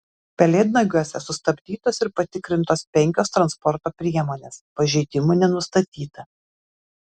pelėdnagiuose sustabdytos ir patikrintos penkios transporto priemonės pažeidimų nenustatyta